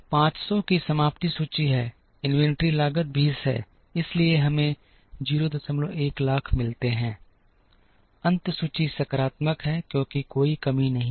500 की समाप्ति सूची है इन्वेंट्री लागत 20 है इसलिए हमें 01 लाख मिलते हैं अंत सूची सकारात्मक है इसलिए कोई कमी नहीं है